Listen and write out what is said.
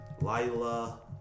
Lila